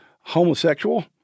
homosexual